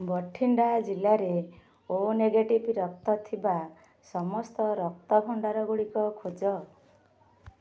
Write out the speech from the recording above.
ବଠିଣ୍ଡା ଜିଲ୍ଲାରେ O negative ରକ୍ତ ଥିବା ସମସ୍ତ ରକ୍ତ ଭଣ୍ଡାରଗୁଡ଼ିକ ଖୋଜ